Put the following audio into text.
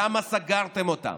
למה סגרתם אותם?